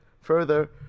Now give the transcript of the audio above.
further